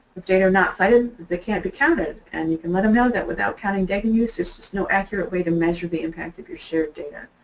data are not cited, they can't be counted and you can let him know that without counting data use, there's just no accurate way to measure the impact of your shared data.